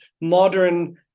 modern